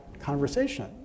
conversation